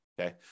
Okay